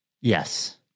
Yes